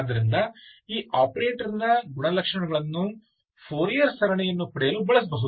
ಆದ್ದರಿಂದ ಈ ಆಪರೇಟರ್ನ ಗುಣಲಕ್ಷಣಗಳನ್ನು ಫೋರಿಯರ್ ಸರಣಿಯನ್ನು ಪಡೆಯಲು ಬಳಸಬಹುದು